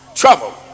trouble